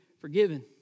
forgiven